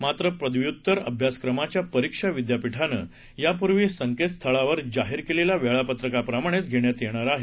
मात्र पदव्युत्तर अभ्यासक्रमाच्या परीक्षा विद्यापीठाने यापूर्वी संकेतस्थळावर जाहीर केलेल्या वेळापत्रकाप्रमाणेच घेण्यात येणार आहेत